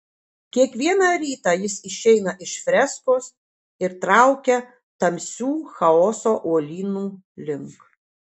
kiekvieną rytą jis išeina iš freskos ir traukia tamsių chaoso uolynų link